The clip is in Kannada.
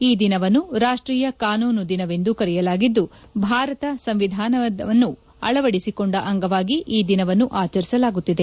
ಈ ದಿನವನ್ನು ರಾಷ್ಟ್ರೀಯ ಕಾನೂನು ದಿನವೆಂದು ಕರೆಯಲಾಗಿದ್ದು ಭಾರತ ಸಂವಿಧಾನವನ್ನು ಅಳವದಿಸಿಕೊಂಡ ಅಂಗವಾಗಿ ಈ ದಿನವನ್ನು ಆಚರಿಸಲಾಗುತ್ತಿದೆ